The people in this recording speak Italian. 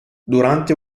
durante